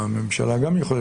הממשלה גם יכולה